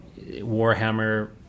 Warhammer